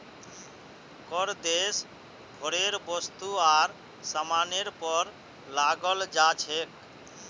कर देश भरेर वस्तु आर सामानेर पर लगाल जा छेक